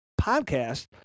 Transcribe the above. podcast